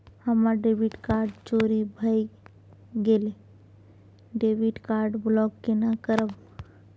हमर debit card चोरी भगेलै डेबिट कार्ड ब्लॉक केना करब?